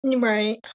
right